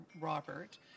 Robert